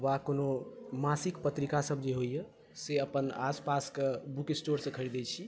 वा कोनो मासिक पत्रिका सब जे होइया से अपन आस पास के बुक स्टोर सऽ खरीदै छी